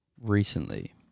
Recently